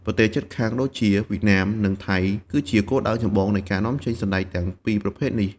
ប្រទេសជិតខាងដូចជាវៀតណាម និងថៃ គឺជាគោលដៅចម្បងនៃការនាំចេញសណ្តែកទាំងពីរប្រភេទនេះ។